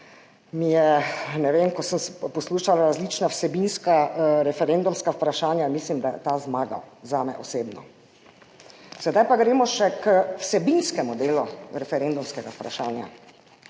14 dnevih, ko sem poslušala različna vsebinska referendumska vprašanja, mislim, da je to zmagalo, zame osebno. Sedaj pa gremo še k vsebinskemu delu referendumskega vprašanja.